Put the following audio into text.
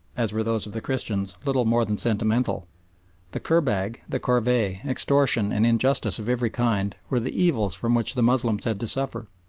as were those of the christians, little more than sentimental the kurbag, the corvee, extortion and injustice of every kind, were the evils from which the moslems had to suffer,